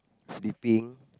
sleeping